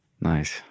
nice